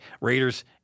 Raiders